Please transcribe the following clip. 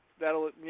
That'll